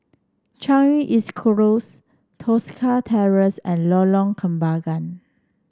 Changi East Close Tosca Terrace and Lorong Kembangan